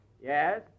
Yes